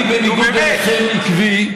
אני, בניגוד אליכם, עקבי,